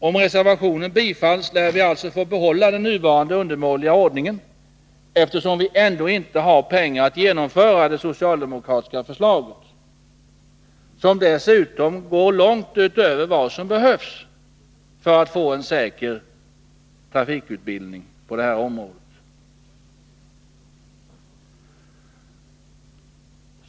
Om reservationen bifalles, lär vi alltså få behålla den nuvarande, undermåliga ordningen, eftersom vi ändå inte har pengar till att genomföra det socialdemokratiska förslaget, som dessutom går långt utöver vad som behövs för att åstadkomma en säker trafikutbildning på detta område.